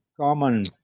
common